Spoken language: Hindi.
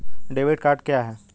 डेबिट कार्ड क्या है?